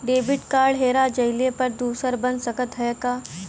Debit card हेरा जइले पर दूसर बन सकत ह का?